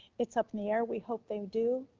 it's up in the air. we hope they do,